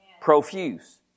profuse